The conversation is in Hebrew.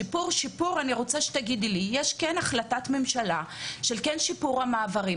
לגבי השיפור יש החלטת ממשלה לשיפור המעברים.